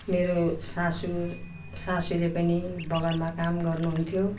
मेरो सासू सासूले पनि बगानमा काम गर्नुहुन्थ्यो